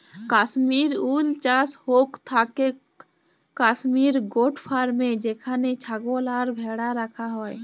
Kashmir wool চাস হৌক থাকেক কাশ্মির গোট ফার্মে যেখানে ছাগল আর ভ্যাড়া রাখা হয়